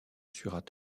surat